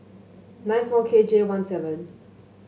nine four K J one seven